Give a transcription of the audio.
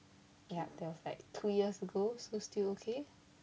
ya that was like two years ago so still okay